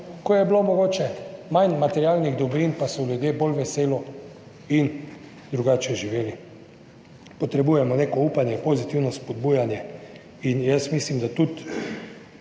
ko je bilo mogoče manj materialnih dobrin, pa so ljudje bolj veselo in drugače živeli. Potrebujemo neko upanje, pozitivno spodbujanje in jaz mislim, da tudi